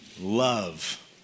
love